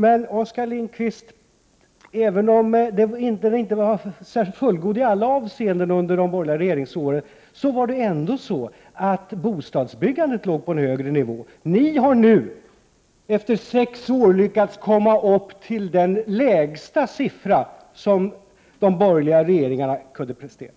Men även om den i alla avseenden inte var helt fullgod under de borgerliga regeringsåren låg ändå bostadsbyggandet på en högre nivå. Ni har nu efter sex år lyckats komma upp till den lägsta siffra för bostadsbyggandet som de borgerliga regeringarna kunde prestera.